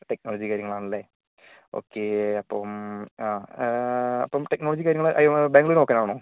technology കാര്യങ്ങൾ ആണല്ലേ okay അപ്പം ആ അപ്പം ടെക്നോളജി കാര്യങ്ങൾ ബാംഗ്ലൂർ നോക്കാനാണോ